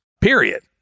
period